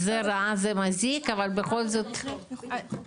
זה רע, זה מזיק אבל בכל זאת נמצא.